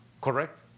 correct